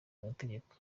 amategeko